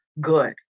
good